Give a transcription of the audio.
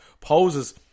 Poses